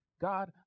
God